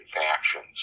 factions